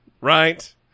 Right